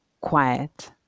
quiet